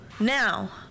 now